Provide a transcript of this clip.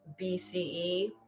BCE